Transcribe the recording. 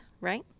right